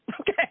Okay